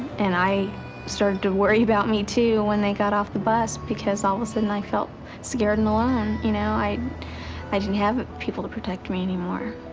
and i started to worry about me, too, when they got off the bus because all of a sudden, i felt scared and alone. you know i i didn't have people to protect me anymore.